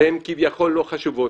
שהן כביכול לא חשובות.